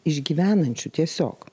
išgyvenančių tiesiog